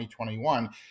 2021